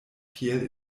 kiel